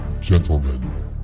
gentlemen